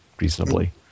reasonably